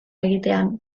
egitean